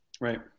Right